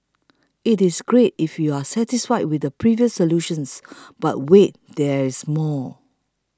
it is great if you're satisfied with the previous solutions but wait there's more